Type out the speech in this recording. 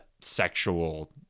sexual